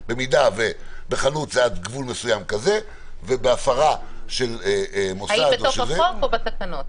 שבחנות זה עד גבול מסוים ובהפרה של מוסד --- בחוק או בתקנות.